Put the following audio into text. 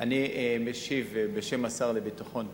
אני משיב בשם השר לביטחון פנים.